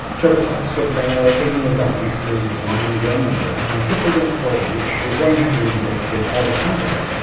trevor talks about taking a dump next to his blind grandmother and a hitler dance party which you're going to have to read the book to get all the context.